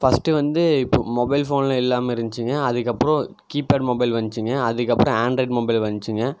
first வந்து இப்போ mobile ஃபோன்லாம் இல்லாமல் இருந்துச்சுங்க அதுக்கப்பறம் கீபேட் மொபைல் வந்துச்சுங்க அதுக்கப்பறம் ஆண்ட்ராய்டு மொபைல் வந்துச்சுகங்க